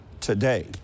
today